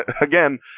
again